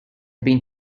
been